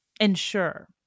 ensure